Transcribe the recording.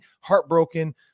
heartbroken